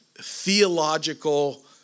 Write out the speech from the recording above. theological